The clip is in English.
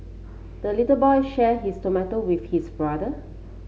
the little boy share his tomato with his brother